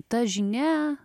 ta žinia